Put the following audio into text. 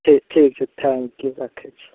ठीक ठीक छै थैंक यू राखय छी